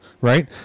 right